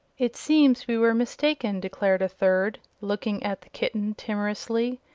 it seems we were mistaken, declared a third, looking at the kitten timorously,